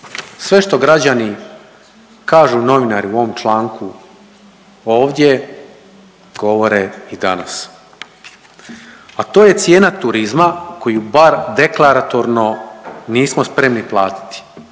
sve što građani kažu i novinari u ovom članku ovdje govore i danas, a to je cijena turizma koju bar deklaratorno nismo spremni platiti,